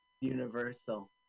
Universal